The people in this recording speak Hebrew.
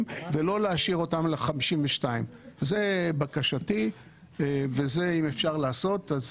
ולא להשאיר אותם על 52. זו בקשתי ואם אפשר לעשות,